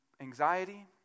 anxiety